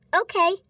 Okay